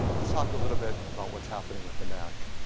let's talk a little bit about what's happening with the mac.